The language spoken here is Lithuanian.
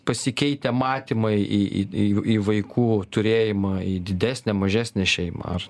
pasikeitę matymai į į į į vaikų turėjimą į didesnę mažesnę šeimą ar